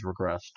regressed